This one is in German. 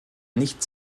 nicht